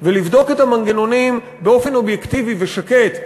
ולבדוק את המנגנונים באופן אובייקטיבי ושקט,